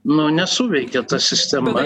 nu nesuveikė ta sistema